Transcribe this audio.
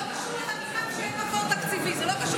זה לא קשור